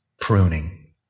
pruning